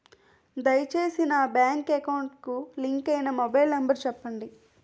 దయచేసి నా bank account కి లింక్ అయినా మొబైల్ నంబర్ చెప్పండి